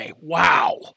Wow